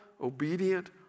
obedient